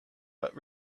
but